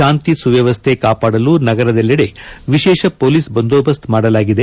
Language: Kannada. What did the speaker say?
ಶಾಂತಿ ಸುವ್ನವಸ್ಥೆ ಕಾಪಾಡಲು ನಗರದೆಲ್ಲೆಡೆ ವಿಶೇಷ ಹೊಲೀಸ್ ಬಂದೋಬಸ್ತ್ ಮಾಡಲಾಗಿದೆ